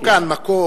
חוק ההנמקות,